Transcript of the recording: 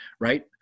right